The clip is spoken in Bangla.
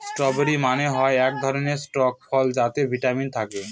স্ট্রওবেরি মানে হয় এক ধরনের টক ফল যাতে ভিটামিন থাকে